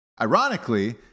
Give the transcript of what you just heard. ironically